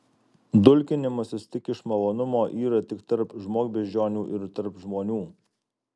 dulkinimasis tik iš malonumo yra tik tarp žmogbeždžionių ir tarp žmonių